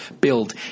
build